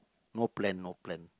no plan no plan